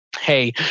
hey